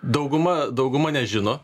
dauguma dauguma nežino